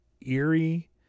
eerie